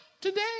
today